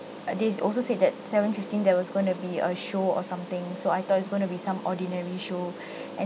uh they also said that seven fifteen there was going to be a show or something so I thought it's going to be some ordinary show and